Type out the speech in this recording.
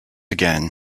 again